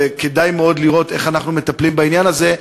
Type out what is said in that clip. וכדאי מאוד לראות איך אנחנו מטפלים בעניין הזה,